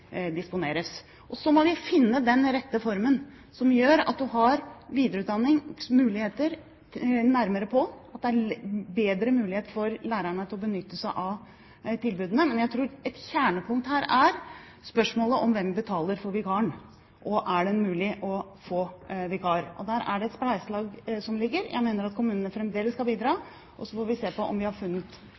disponeres. Så må vi finne den rette formen som gjør at man har videreutdanningsmuligheter nærmere, og at det gir bedre mulighet for lærerne til å benytte seg av tilbudene. Men jeg tror at et kjernepunkt her er spørsmålene: Hvem betaler for vikaren, og er det mulig å få vikar? Her er det et spleiselag, og jeg mener at kommunene fremdeles skal bidra. Så får vi se på om vi har funnet